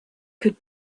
could